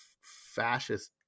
fascist